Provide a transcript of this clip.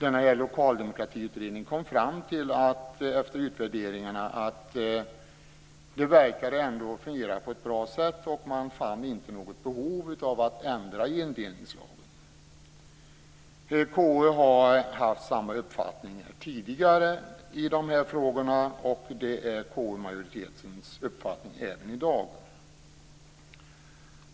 Efter gjorda utvärderingar kom Lokaldemokratiutredningen fram till att det verkade fungera på ett bra sätt. Man menade att det inte fanns något behov av att ändra indelningslagen. Konstitutionsutskottet har tidigare haft samma uppfattning i de här frågorna, och samma uppfattning har KU-majoriteten även i dag.